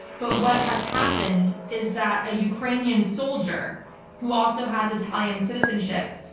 but what has happened is that a ukrainian soldier who also has italian citizenship,